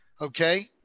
okay